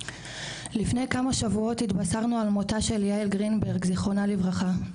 לפני כמה שבועות התבשרנו על מותה של יעל גרינברג זיכרונה לברכה,